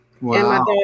Wow